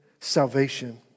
salvation